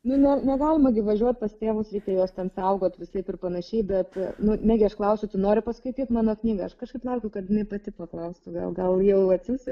nu ne negalima gi važiuot pas tėvus reikia juos ten saugot visaip ir panašiai bet nu negi aš klausiu tu nori paskaityt mano knygą aš kažkaip laukiu kad jinai pati paklaustų gal gal jau atsiųsi